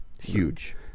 huge